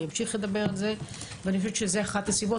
אני אמשיך לדבר על זה ואני חושבת שזה אחת הסיבות.